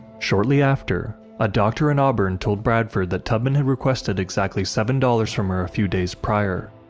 shortly after, a doctor in auburn told bradford that tubman had requested exactly seven dollars from her a few days prior.